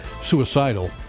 suicidal